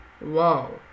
Wow